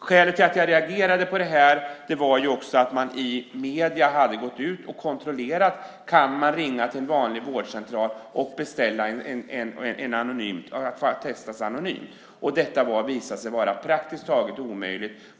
Skälet till att jag reagerade var också att man i medierna hade gått ut och kontrollerat om det går att ringa till en vanlig vårdcentral och beställa en anonym testning och att detta visade sig vara praktiskt taget omöjligt.